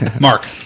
Mark